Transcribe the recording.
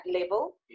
level